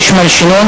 יש מלשינון,